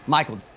Michael